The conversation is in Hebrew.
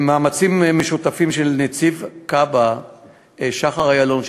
במאמצים משותפים של נציב כב"ה שחר איילון,